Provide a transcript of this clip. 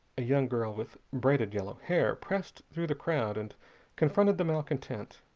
a young girl, with braided yellow hair, pressed through the crowd and confronted the malcontent.